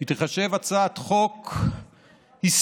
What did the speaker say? היא תיחשב הצעת חוק היסטורית,